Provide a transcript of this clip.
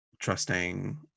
Trusting